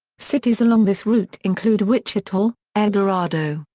cities along this route include wichita, el dorado,